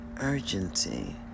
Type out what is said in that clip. urgency